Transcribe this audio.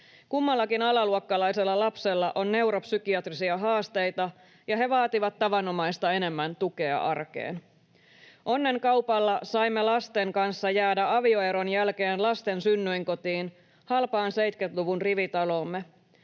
Kummallakin alaluokkalaisella lapsella on neuropsykiatrisia haasteita, ja he vaativat tavanomaista enemmän tukea arkeen. Onnen kaupalla saimme lasten kanssa jäädä avioeron jälkeen lasten synnyinkotiin, halpaan 70-luvun rivitaloomme.